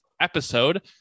episode